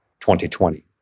2020